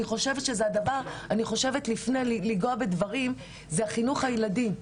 אני חושבת שזה הדבר לפני לגעת בדברים אחרים צריך לגעת בחינוך הילדים,